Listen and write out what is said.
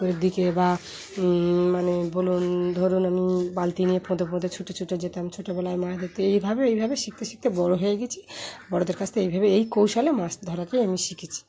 ওর দিকে বা মানে বলুন ধরুন আমি বালতি নিয়ে ফোঁদে ফোঁদে ছুটে ছুটে যেতাম ছোটোবেলায় মাছ ধরত এইভাবে এইভাবে শিখতে শিখতে বড়ো হয়ে গেছি বড়দের কাছ থেকে এইভাবে এই কৌশলে মাছ ধরাকেই আমি শিখেছি